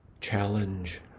challenge